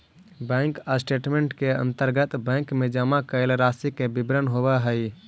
bank statement के अंतर्गत bank में जमा कैल राशि के विवरण होवऽ हइ